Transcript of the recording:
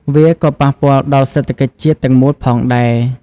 វាក៏ប៉ះពាល់ដល់សេដ្ឋកិច្ចជាតិទាំងមូលផងដែរ។